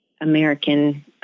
American